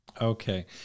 Okay